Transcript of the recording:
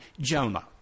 Jonah